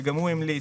שגם הוא המליץ